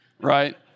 right